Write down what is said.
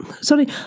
Sorry